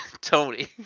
tony